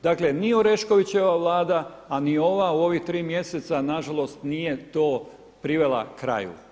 Dakle, ni Oreškovićeva Vlada, a ni ova u ovih tri mjeseca na žalost nije to privela kraju.